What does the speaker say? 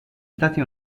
stati